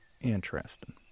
interesting